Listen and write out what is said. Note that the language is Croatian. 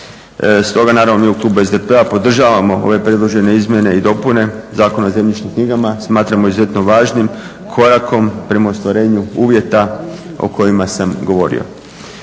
Stoga naravno mi u Klubu SDP-a podržavamo ove predložene Izmjene i dopune Zakona o zemljišnim knjigama. Smatramo izuzetno važnim korakom prema ostvarenju uvjeta o kojima sam govorio.